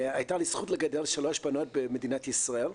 הייתה לי זכות לגדל שלוש בנות במדינת ישראל,